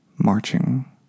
marching